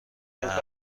امن